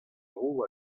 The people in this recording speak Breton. dro